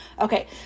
Okay